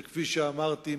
שכפי שאמרתי,